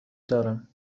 دارم